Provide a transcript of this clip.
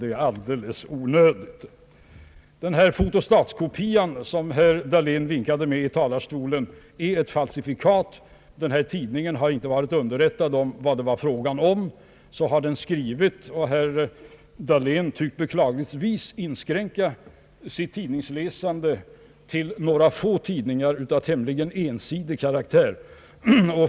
Det är alldeles onödigt. Den här fotostatkopian som herr Dahlén vinkade med i talarstolen är ett falsifikat. Tidningen i fråga har inte varit underrättad om vad det var fråga om. Herr Dahlén tycks beklagligtvis inskränka sitt tidningsläsande till några få tidningar av tämligen ensidig karaktär.